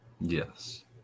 Yes